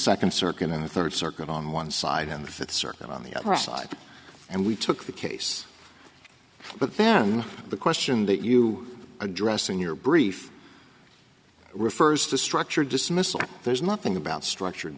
second circuit and the third circuit on one side and the fifth circuit on the other side and we took the case but then the question that you address in your brief refers to structure dismissal there's nothing about structured